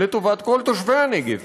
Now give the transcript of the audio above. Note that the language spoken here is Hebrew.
לטובת כל תושבי הנגב,